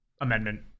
Amendment